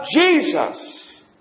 Jesus